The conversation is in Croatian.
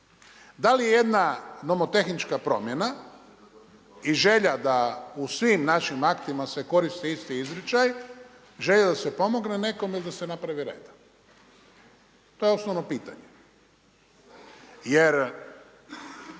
Da li jedna nomotehnička promjena i želja da u svim našim aktima se koristi isti izričaj, želja da se pomogne nekome i da se napravi reda? To je osnovno pitanje. Jer